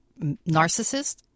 narcissist